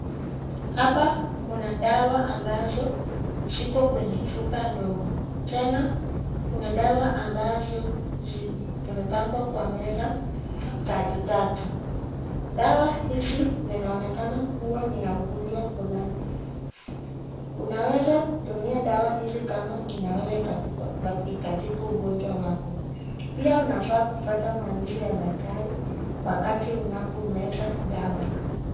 Hapa kuna dawa ambazo ziko kwenye chupa ndogo. Tena kuna dawa ambazo zimepangwa kwa meza tatu tatu. Dawa hizi zinaonekana kuwa ni ya ugonjwa fulani. Unaweza kutumia dawa hizi kama inaweza ikatibu ugonjwa wako. Pia unafaa kufuata maagizo ya daktari wakati unapomeza dawa.